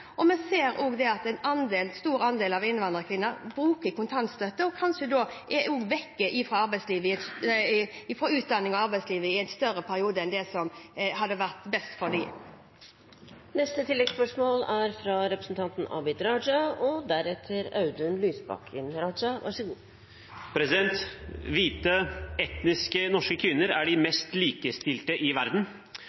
Vi ser også at en stor andel innvandrerkvinner benytter seg av kontantstøtte, og at de kanskje da er borte fra utdanning og arbeidsliv i en lengre periode enn det som hadde vært best for dem. Abid Q. Raja – til oppfølgingsspørsmål. Hvite, etnisk norske kvinner er de mest likestilte i verden. Det er